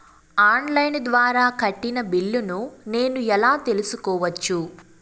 On line ద్వారా కట్టిన బిల్లును నేను ఎలా తెలుసుకోవచ్చు?